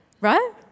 right